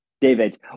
David